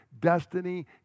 destiny